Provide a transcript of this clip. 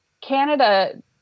Canada